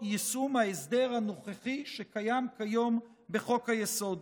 יישום ההסדר הנוכחי שקיים כיום בחוק-היסוד.